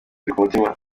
umutima